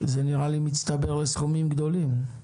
זה נראה לי מצטבר לסכומים גדולים.